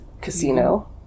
casino